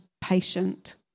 patient